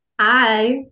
Hi